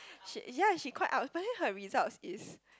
she yeah she quite ups but then her result is